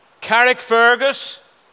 Carrickfergus